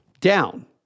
down